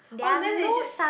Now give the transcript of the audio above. orh then they should